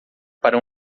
para